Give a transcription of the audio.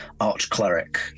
arch-cleric